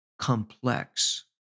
complex